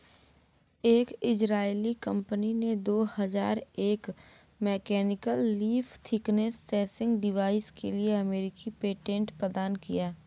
एक इजरायली कंपनी ने दो हजार एक में mechanical leaf thickness sensing device के लिए अमेरिकी पेटेंट प्रदान किया